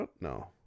No